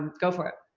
go for it.